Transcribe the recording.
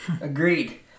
Agreed